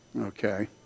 okay